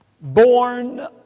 born